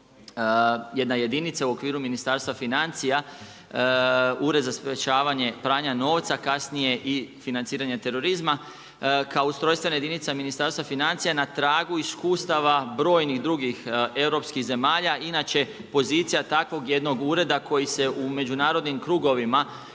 jedna jedinica u okviru Ministarstva financija, Ured za sprečavanje pranja novca, kasnije i financiranje terorizma kao ustrojstvena jedinica Ministarstva financija, na tragu iskustava brojnih drugih europskih zemalja, inače pozicija takvog jednog ureda koji se u međunarodnim krugovima